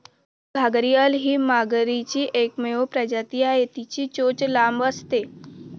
घारीअल ही मगरीची एकमेव प्रजाती आहे, तिची चोच लांब असते